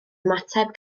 ymateb